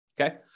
Okay